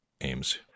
aims